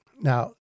Now